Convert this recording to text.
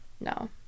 No